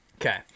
okay